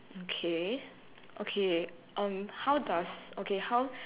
okay okay um how does okay how